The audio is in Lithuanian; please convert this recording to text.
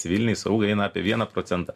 civilinei saugai eina apie vieną procentą